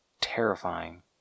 Terrifying